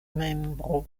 membro